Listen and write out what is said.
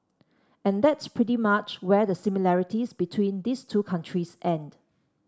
and that's pretty much where the similarities between these two countries end